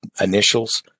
initials